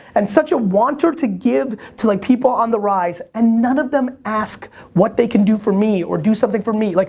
and such a wanter to give to like people on the rise, and none of them ask what they can do for me, or do something for me. like,